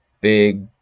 big